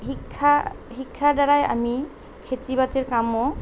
শিক্ষা শিক্ষাৰ দ্বাৰাই আমি খেতি বাতিৰ কামো